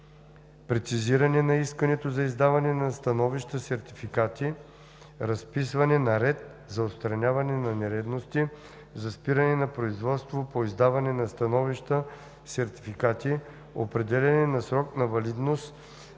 прецизиране на искането за издаване на становища/сертификати, разписване на ред за отстраняване на нередности, за спиране на производството по издаване на становища/сертификати, определяне на срок на валидност